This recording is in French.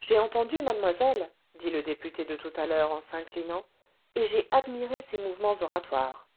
j'ai entendu mademoiselle dit le député de tout à l'heure en inclinant et j'ai admiré ses mouvements oratoires